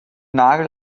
nagel